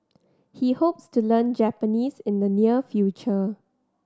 he hopes to learn Japanese in the near future